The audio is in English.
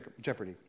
Jeopardy